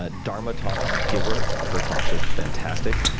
ah dharma talk giver her talks are fantastic.